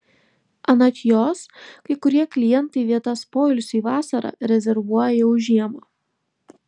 anot jos kai kurie klientai vietas poilsiui vasarą rezervuoja jau žiemą